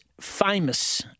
famous